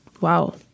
wow